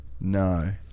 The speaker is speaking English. No